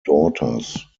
daughters